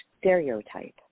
stereotype